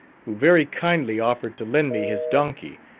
who very kindly offered to lend me his donkey,